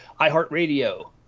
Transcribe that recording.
iHeartRadio